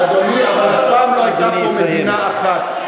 אדוני, אבל אף פעם לא הייתה פה מדינה אחת.